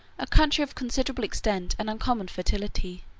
a country of considerable extent and uncommon fertility,